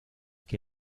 que